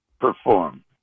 perform